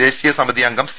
ദേശീയ സമിതി അംഗം സി